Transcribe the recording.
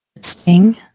Sting